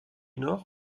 nord